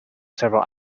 several